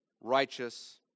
righteous